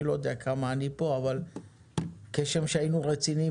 אני לא יודע כמה אני אהיה פה אבל כשם שהיינו רציניים